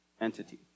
entity